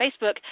Facebook